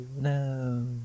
no